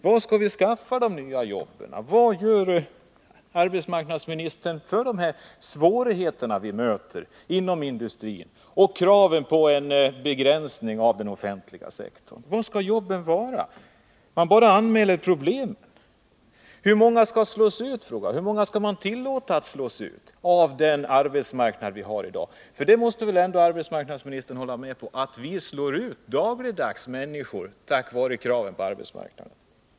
Var skall vi skaffa de nya jobben? Vad gör arbetsmarknadsministern åt de svårigheter vi möter inom industrin och kraven på en begränsning av den offentliga sektorn? Var skall jobben finnas? Jag får inga svar, utan här anmäls bara problem. Hur många skall tillåtas slås ut av den arbetsmarknad vi i dag har? Arbetsmarknadsministern måste väl ändå hålla med om att vi dagligdags slår ut människor på grund av kraven på arbetsmarknaden.